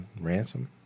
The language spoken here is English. ransom